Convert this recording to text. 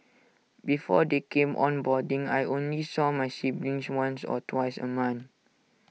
before they came on boarding I only saw my siblings once or twice A month